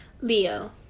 Leo